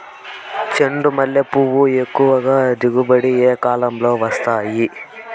చెండుమల్లి పూలు ఎక్కువగా దిగుబడి ఏ కాలంలో వస్తాయి